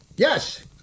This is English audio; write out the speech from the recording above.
Yes